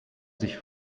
sich